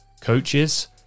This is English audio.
coaches